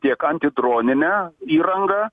tiek antidroninę įrangą